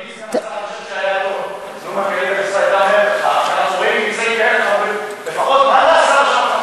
אני חושב שהיה טוב לו מנכ"לית המשרד הייתה אומרת לך לפחות מה נעשה שם.